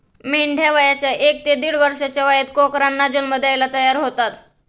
मेंढ्या वयाच्या एक ते दीड वर्षाच्या वयात कोकरांना जन्म द्यायला तयार होतात